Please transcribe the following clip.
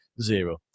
zero